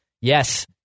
Yes